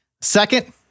Second